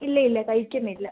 ഇല്ല ഇല്ല കഴിക്കുന്നില്ല